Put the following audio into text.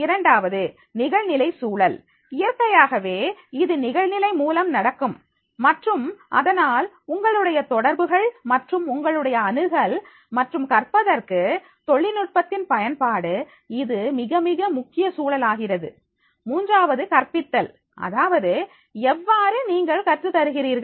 இரண்டாவது நிகழ்நிலை சூழல் இயற்கையாகவே இது நிகழ்நிலை மூலம் நடக்கும் மற்றும் அதனால் உங்களுடைய தொடர்புகள் மற்றும் உங்களுடைய அணுகல் மற்றும் கற்பதற்கு தொழில்நுட்பத்தின் பயன்பாடு இது மிகமிக முக்கிய சூழல் ஆகிறது மூன்றாவது கற்பித்தல் அதாவது எவ்வாறு நீங்கள் கற்றுத் தருகிறீர்கள்